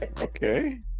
Okay